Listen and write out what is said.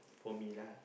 for me lah